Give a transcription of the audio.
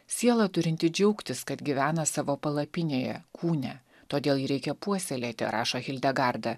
siela turinti džiaugtis kad gyvena savo palapinėje kūne todėl jį reikia puoselėti rašo hildegarda